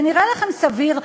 זה נראה לכם סביר,